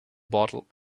bottle